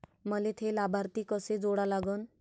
मले थे लाभार्थी कसे जोडा लागन?